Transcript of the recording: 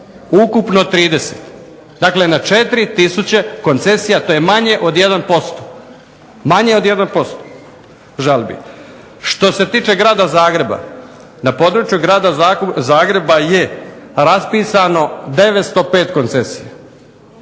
Ukupno 30. Dakle na 4 tisuće koncesija, to je manje od 1%. Manje od 1% žalbi. Što se tiče grada Zagreba. Na području grada Zagreba je raspisano 905 koncesija.